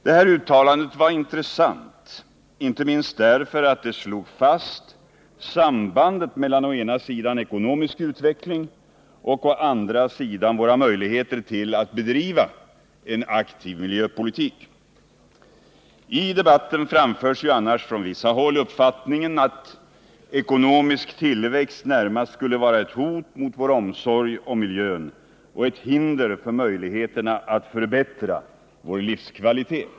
Det här uttalandet var intressant inte minst därför att det slog fast sambandet mellan å ena sidan ekonomisk utveckling och å andra sidan våra möjligheter till att bedriva en aktiv miljöpolitik. I debatten framförs ju annars från vissa håll uppfattningen att ekonomisk tillväxt närmast skulle vara ett hot mot vår omsorg om miljön och ett hinder för möjligheterna att förbättra vår livskvalitet.